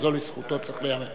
גם זו לזכותו, צריך לומר.